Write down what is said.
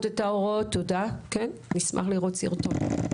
נשמח לראות סרטון.